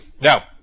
Now